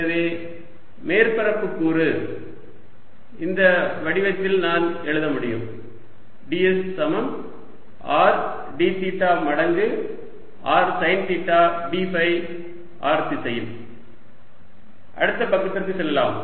எனவே மேற்பரப்பு கூறு இந்த வடிவத்தில் நான் எழுத முடியும் ds சமம் r d தீட்டா மடங்கு r sine theta d phi r திசையில் அடுத்த பக்கத்திற்கு செல்லலாம்